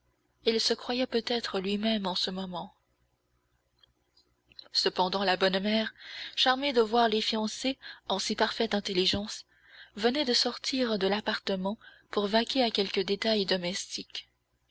il se croyait peut-être lui-même en ce moment cependant la bonne mère charmée de voir les fiancés en si parfaite intelligence venait de sortir de l'appartement pour vaquer à quelque détail domestique